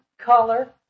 color